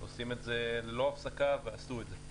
הם עושים את זה ללא הפסקה, ועשו את זה.